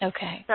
Okay